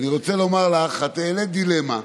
אני רוצה לומר לך שאת העלית דילמה,